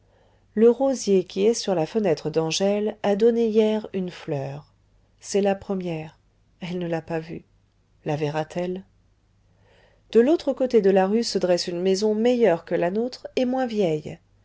le rosier qui est sur la fenêtre d'angèle a donné hier une fleur c'est la première elle ne l'a pas vue la verra t elle de l'autre côté de la rue se dresse une maison meilleure que la nôtre et moins vieille